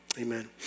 amen